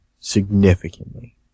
significantly